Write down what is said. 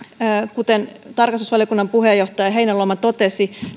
kuten tarkastusvaliokunnan puheenjohtaja heinäluoma totesi